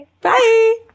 Bye